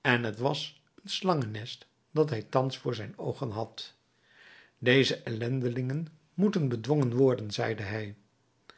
en t was een slangennest dat hij thans voor zijn oogen had deze ellendelingen moeten bedwongen worden zeide hij